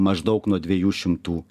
maždaug nuo dviejų šimtų